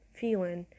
feeling